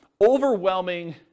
overwhelming